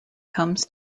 comes